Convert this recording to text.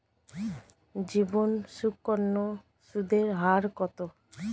জীবন সুকন্যা সুদের হার কত?